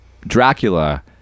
Dracula